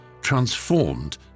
transformed